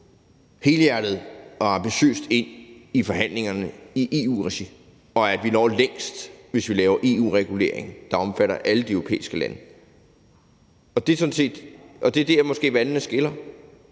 helhjertet og ambitiøst ind i forhandlingerne i EU-regi, og at vi når længst, hvis vi laver EU-regulering, der omfatter alle de europæiske lande. Og det er måske der, hvor vandene skiller.